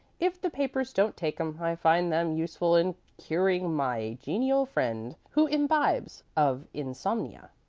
if the papers don't take em, i find them useful in curing my genial friend who imbibes of insomnia.